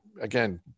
again